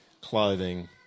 clothing